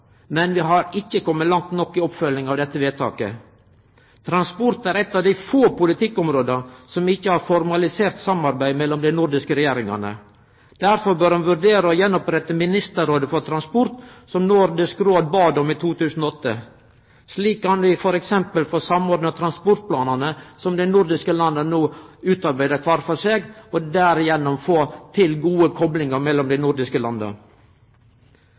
men vi har ikkje komme langt nok i oppfølginga av dette vedtaket. Transport er eit av dei få politikkområda som ikkje har formalisert samarbeid mellom dei nordiske regjeringane. Derfor bør ein vurdere å gjenopprette Ministerrådet for transport, som Nordisk Råd bad om i 2008. Slik kan vi f.eks. få samordna transportplanane som dei nordiske landa no utarbeider kvar for seg, og derigjennom få til gode koplingar mellom dei nordiske landa.